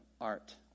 Art